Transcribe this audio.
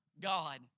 God